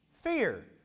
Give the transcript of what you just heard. Fear